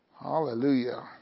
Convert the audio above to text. Hallelujah